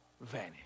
vanish